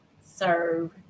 serve